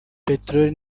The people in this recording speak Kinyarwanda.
peterori